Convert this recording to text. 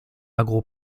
agro